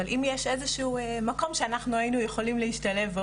אבל אם יש איזה שהוא מקום שאנחנו היינו יכולים להשתלב בו,